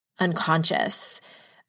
unconscious